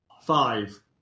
Five